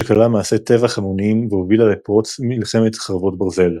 שכללה מעשי טבח המוניים והובילה לפרוץ מלחמת חרבות ברזל.